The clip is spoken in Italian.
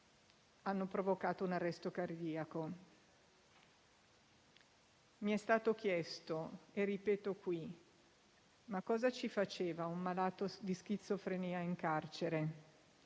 hanno provocato un arresto cardiaco. Mi è stato chiesto - e ripeto qui - cosa ci faceva un malato di schizofrenia in carcere.